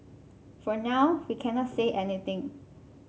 for now we cannot say anything